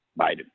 biden